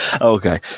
okay